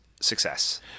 success